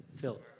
Phil